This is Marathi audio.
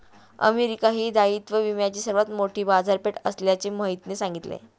अमेरिका ही दायित्व विम्याची सर्वात मोठी बाजारपेठ असल्याचे मोहितने सांगितले